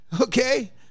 Okay